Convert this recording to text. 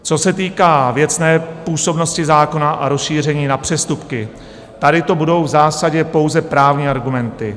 Co se týká věcné působnosti zákona a rozšíření na přestupky, tady to budou v zásadě pouze právní argumenty.